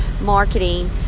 marketing